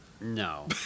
No